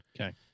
Okay